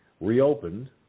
reopened